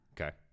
Okay